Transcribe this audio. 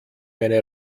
meine